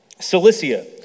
Cilicia